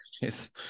Yes